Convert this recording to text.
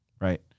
right